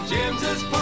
James's